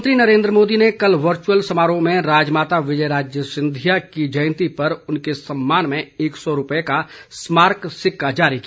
प्रधानमंत्री नरेन्द्र मोदी ने कल वर्चुअल समारोह में राजमाता विजया राजे सिंधिया की जयंती पर उनके सम्मान में एक सौ रुपए का स्मारक सिक्का जारी किया